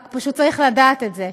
רק פשוט צריך לדעת את זה.